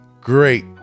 great